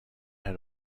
had